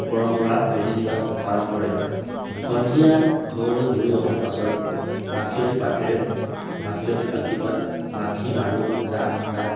পৰম্পৰা ৰীতি নীবাজ পালন কৰে সন্ধিয়া ঘৰলৈ ঘূৰি অহাৰ পাছত মাখিয়তি পাতেৰে মাখিয়তি পাখি পাত মাখি মাৰো জাক জা